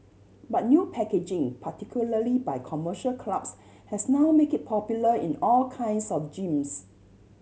but new packaging particularly by commercial clubs has now make it popular in all kinds of gyms